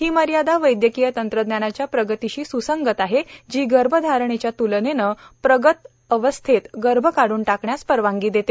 ही मर्यादा वैद्यकीय तंत्रज्ञानाच्या प्रगतीशी स्संगत आहे जी गर्भधारणेच्या त्लनेने प्रगत अवस्थेत गर्भ काढून टाकण्यास परवानगी देते